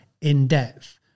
in-depth